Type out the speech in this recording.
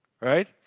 right